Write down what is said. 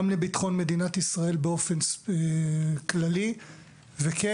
גם לביטחון מדינת ישראל באופן כללי וכן,